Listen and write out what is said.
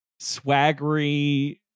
swaggery